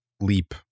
leap